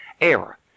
error